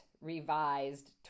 revised